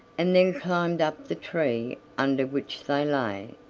and then climbed up the tree under which they lay.